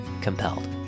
COMPELLED